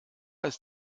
ist